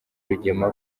rugema